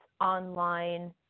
online